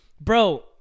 Bro